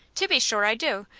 to be sure i do.